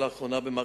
אדוני